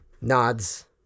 nods